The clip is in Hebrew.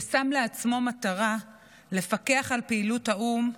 ששם לעצמו מטרה לפקח על פעילות האו"ם,